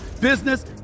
business